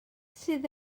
sydd